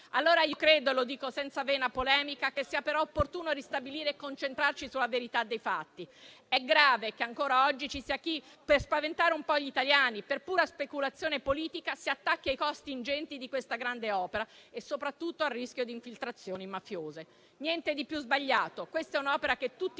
Credo dunque - lo dico senza vena polemica - che sia però opportuno ristabilire e concentrarci sulla verità dei fatti. È grave che ancora oggi ci sia chi, per spaventare un po' gli italiani, per pura speculazione politica, si attacca ai costi ingenti di questa grande opera e soprattutto al rischio di infiltrazioni mafiose. Niente di più sbagliato. Questa è un'opera che tutti